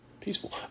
peaceful